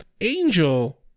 Angel